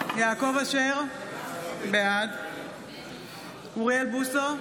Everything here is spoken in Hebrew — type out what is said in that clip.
אשר, בעד אוריאל בוסו,